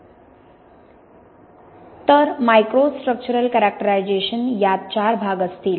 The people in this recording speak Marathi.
तर मायक्रोस्ट्रक्चरल कॅरेक्टरायझेशन यात चार भाग असतील